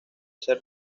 ser